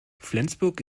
flensburg